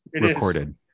recorded